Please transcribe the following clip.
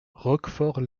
roquefort